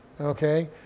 Okay